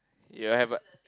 you will have a